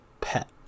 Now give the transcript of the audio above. pet